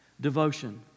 Devotion